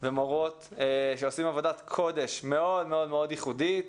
ומורות שעושים עבודת קודש מאוד מאוד ייחודית.